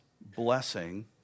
blessing